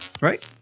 right